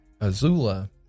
Azula